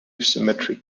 symmetric